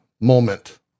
moment